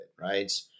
right